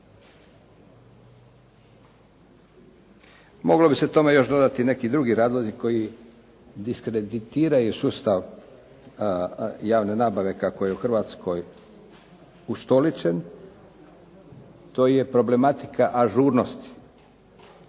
Moglo bi se tome još dodati i neki drugi razlozi koji diskreditiraju sustav javne nabave kako je u Hrvatskoj ustoličen. To je problematika ažurnosti,